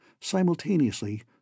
Simultaneously